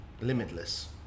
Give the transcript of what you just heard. limitless